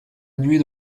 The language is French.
nuit